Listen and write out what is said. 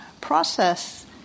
process